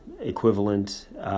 equivalent